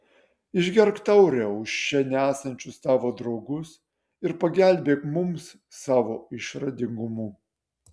išgerk taurę už čia nesančius tavo draugus ir pagelbėk mums savo išradingumu